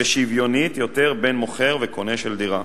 ושוויונית יותר בין מוכר וקונה של דירה.